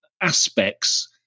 aspects